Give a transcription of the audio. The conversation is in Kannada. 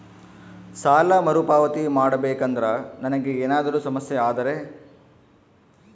ಸಾಲ ಮರುಪಾವತಿ ಮಾಡಬೇಕಂದ್ರ ನನಗೆ ಏನಾದರೂ ಸಮಸ್ಯೆ ಆದರೆ?